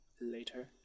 later